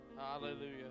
Hallelujah